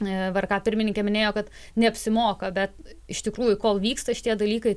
var ką pirmininkė minėjo kad neapsimoka bet iš tikrųjų kol vyksta šitie dalykai